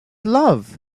love